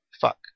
fuck